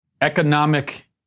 Economic